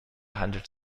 handelt